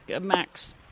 max